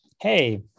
hey